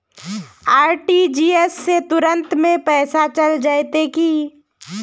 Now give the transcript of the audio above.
RTGS से तुरंत में पैसा चल जयते की?